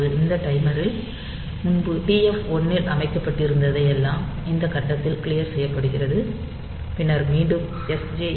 இப்போது இந்த டைமரில் முன்பு TF1 ல் அமைக்கப்பட்டிருந்ததை எல்லாம் இந்த கட்டத்தில் க்ளியர் செய்யப்படுகிறது பின்னர் மீண்டும் SJMP